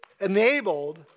enabled